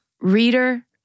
Reader